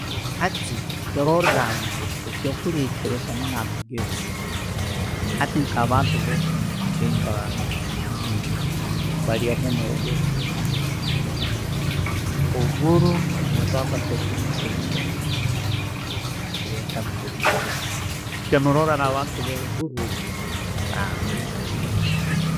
Hati, no rora.